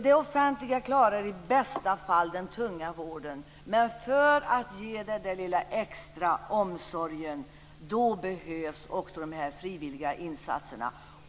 Det offentliga klarar i bästa fall den tunga vården. Men för att ge den där lilla extra omsorgen behövs också dessa frivilliga insatser.